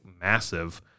massive